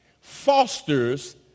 fosters